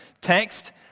text